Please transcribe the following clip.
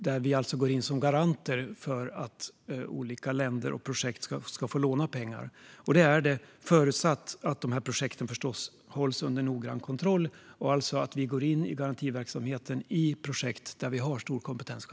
Vi går alltså in som garanter för att olika länder och projekt ska få låna pengar. Det är effektivt, förutsatt att de här projekten håll under noggrann kontroll och att vi går in i garantiverksamheten i projekt där vi själva har stor kompetens.